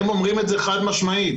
הם אומרים את זה חד משמעית,